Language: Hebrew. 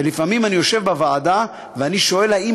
ולפעמים אני יושב בוועדה ואני שואל האם